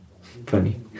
funny